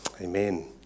Amen